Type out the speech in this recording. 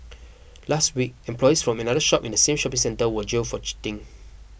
last week employees from another shop in the same shopping centre were jailed for cheating